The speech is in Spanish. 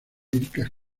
líricas